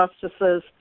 justices